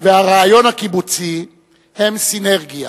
והרעיון הקיבוצי הם סינרגיה,